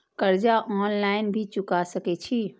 कर्जा ऑनलाइन भी चुका सके छी?